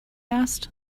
asked